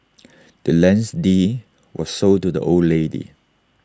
the land's deed was sold to the old lady